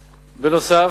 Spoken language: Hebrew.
בנוסף,